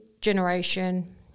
generation